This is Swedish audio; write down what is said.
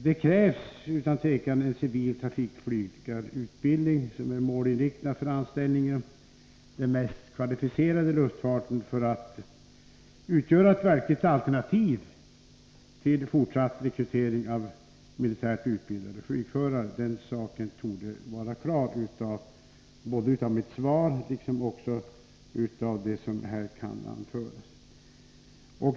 Det krävs utan tvivel en civil trafikflygarutbildning som är målinriktad inom den mest kvalificerade luftfarten för att utgöra ett verkligt alternativ till fortsatt rekrytering av militärt utbildade flygförare. Den saken torde klart framgå både av mitt svar och av det som här kan anföras.